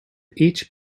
each